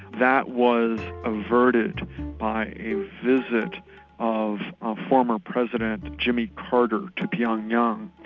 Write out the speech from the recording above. that was averted by a visit of a former president, jimmy carter, to pyongyang,